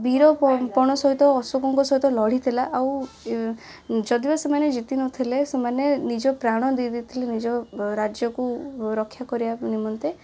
ବୀର ପଣ ସହିତ ଅଶୋକଙ୍କ ସହିତ ଲଢ଼ିଥିଲା ଆଉ ଉଁ ଯଦିଓ ସେମାନେ ଜିତିନଥିଲେ ସେମାନେ ନିଜପ୍ରାଣ ଦେଇଦେଇଥିଲେ ନିଜ ରାଜ୍ୟକୁ ରକ୍ଷା କରିବା ନିମନ୍ତେ